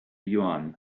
yuan